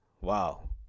Wow